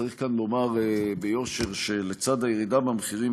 צריך כאן לומר ביושר שלצד הירידה במחירים,